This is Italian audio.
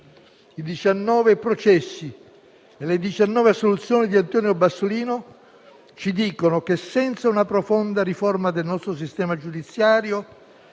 I 19 processi e le 19 assoluzioni di Antonio Bassolino ci dicono che, senza una profonda riforma del nostro sistema giudiziario,